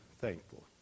thankful